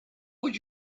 would